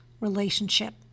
relationship